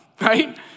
right